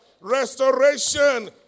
restoration